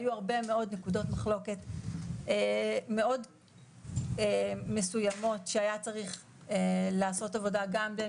היו הרבה מאוד נקודות מחלוקת מאוד מסוימות שהיה צריך לעשות עבודה גם בין